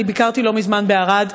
אני ביקרתי לא מזמן בערד.